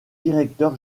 directeur